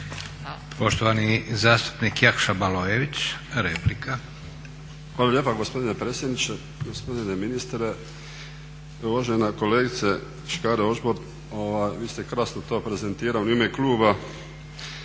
poštovani zastupnik Jakša Baloević. **Baloević, Jakša (Novi val)** Hvala lijepa gospodine predsjedniče, gospodine ministre. Uvažena kolegice Škare-Ožbolt vi ste krasno to prezentirali u ime kluba,